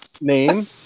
name